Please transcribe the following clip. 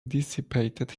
dissipated